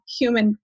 human